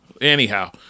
Anyhow